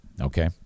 Okay